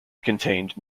contained